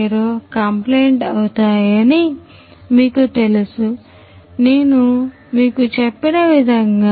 0 complaint అవుతాయని మీకు తెలుసు నేను మీకు చెప్పిన విధంగా